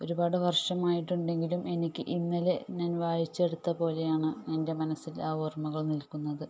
ഒരുപാട് വർഷമായിട്ടുണ്ടെങ്കിലും എനിക്ക് ഇന്നലെ ഞാൻ വായിച്ചെടുത്തതു പോലെയാണ് എൻ്റെ മനസ്സിൽ ആ ഓർമ്മകൾ നിൽക്കുന്നത്